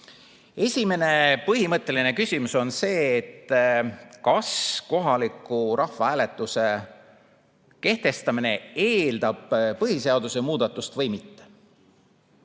Esimene põhimõtteline küsimus oli see, kas kohaliku rahvahääletuse kehtestamine eeldab põhiseaduse muudatust või mitte.